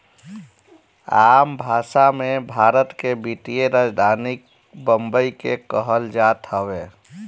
आम भासा मे, भारत के वित्तीय राजधानी बम्बई के कहल जात हवे